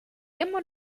immer